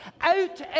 out